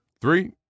Three